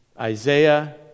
Isaiah